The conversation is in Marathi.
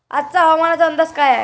आजचा हवामानाचा अंदाज काय आहे?